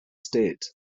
state